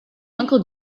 uncle